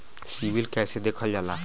CIBIL कैसे देखल जाला?